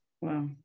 Wow